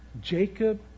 Jacob